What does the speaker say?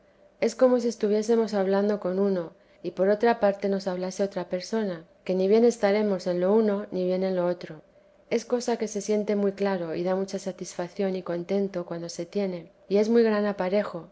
es como si estuviésemos hablando con uno y por otra parte nos hablase otra persona que ni bien estaremos en lo uno ni bien en lo otro es cosa que se siente muy claro y da mucha satisfacción y contento cuando se tiene y es muy gran aparejo